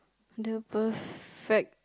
the perfect